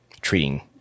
treating